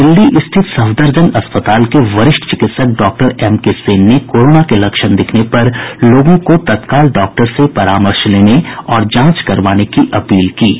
दिल्ली स्थित सफदरजंग अस्पताल के वरिष्ठ चिकित्सक डॉक्टर एम के सेन ने कोरोना के लक्षण दिखने पर लोगों को तत्काल डॉक्टर से परामर्श लेने और जांच करवाने की अपील की है